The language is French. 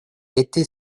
été